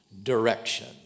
direction